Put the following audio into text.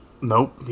Nope